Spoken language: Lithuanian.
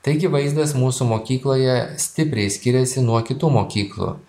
taigi vaizdas mūsų mokykloje stipriai skiriasi nuo kitų mokyklų